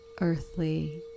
earthly